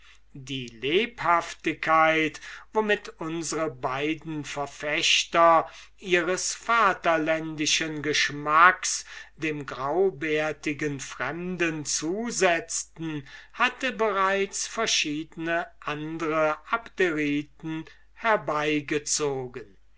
die lebhaftigkeit womit unsre beiden verfechter ihres vaterländischen geschmacks dem graubärtigen fremden zusetzten hatte bereits verschiedne andre abderiten herbeigezogen